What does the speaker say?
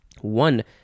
One